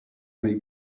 may